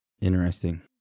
Interesting